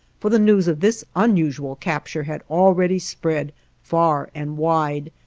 for the news of this unusual capture had already spread far and wide,